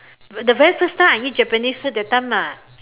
the very first time I eat Japanese food that time ah